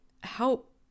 help